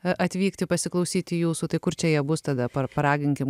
atvykti pasiklausyti jūsų tai kur čia jie bus tada paraginkime